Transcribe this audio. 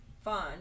fun